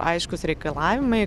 aiškūs reikalavimai